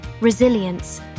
resilience